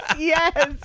Yes